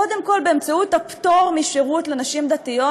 קודם כול באמצעות הפטור משירות לנשים דתיות,